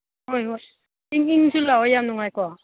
ꯍꯣꯏ ꯍꯣꯏ ꯏꯪ ꯏꯪꯁꯨ ꯂꯥꯎꯏ ꯌꯥꯝ ꯅꯨꯡꯉꯥꯏꯀꯣ